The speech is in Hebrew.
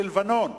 ללבנון.